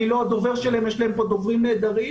לא הדובר שלהם ויש להם כאן דוברים נהדרים.